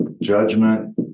Judgment